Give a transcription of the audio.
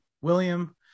William